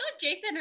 jason